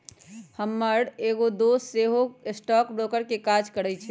हमर एगो दोस सेहो स्टॉक ब्रोकर के काज करइ छइ